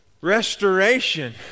restoration